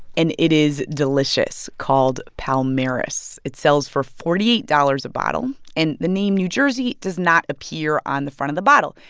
and it is delicious, called palmaris. it sells for forty eight dollars a bottle. and the name new jersey does not appear on the front of the bottle.